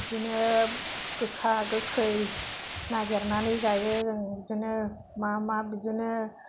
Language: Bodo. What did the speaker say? बिदिनो गोखा गोखै नागेरनानै जायो जों बिब्दिनो मा मा बिब्दिनो